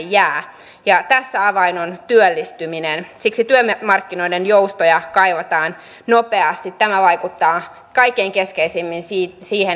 aina ja etenkin tällaisena aikana on syytä kiinnittää huomiota myös eduskunnan omaan toimintaan ja tämän instituution arvovallan ja sen nauttiman luottamuksen vahvistamiseen